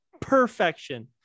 perfection